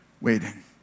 Waiting